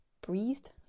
breathed